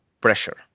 pressure